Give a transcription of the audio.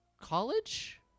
college